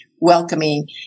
welcoming